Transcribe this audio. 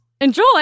Enjoy